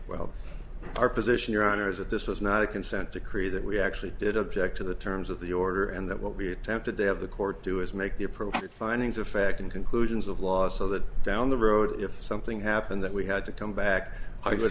well our position your honor is that this was not a consent decree that we actually did object to the terms of the order and that what we attempted to have the court do is make the appropriate findings of fact and conclusions of law so that down the road if something happened that we had to come back i